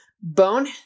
bone